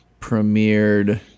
premiered